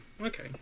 okay